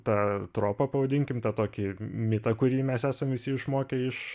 tą tropą pavadinkim tą tokį mitą kurį mes esam visi išmokę iš